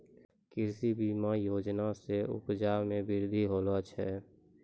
कृषि बीमा योजना से उपजा मे बृद्धि होलो छै